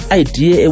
idea